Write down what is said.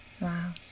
Wow